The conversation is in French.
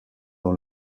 dans